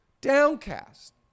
downcast